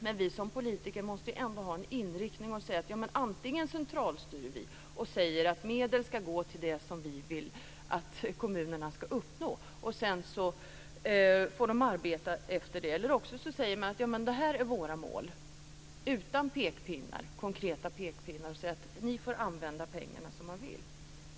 Men vi som politiker måste ändå ha en inriktning och säga att antingen centralstyr vi, att medel ska gå till det som vi vill att kommunerna ska uppnå och sedan får de arbeta efter det, eller också får vi säga att det här är våra mål utan konkreta pekpinnar och att kommunerna får använda pengarna som de vill.